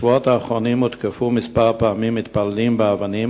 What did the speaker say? בשבועות האחרונים הותקפו כמה פעמים מתפללים באבנים,